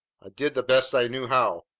i did the best i knew how.